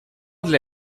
для